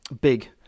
big